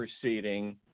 proceeding